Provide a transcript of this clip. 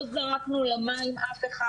לא זרקנו למים אף אחד,